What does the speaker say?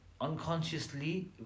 unconsciously